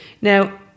Now